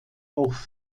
auch